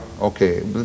okay